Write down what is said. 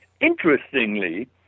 Interestingly